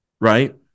right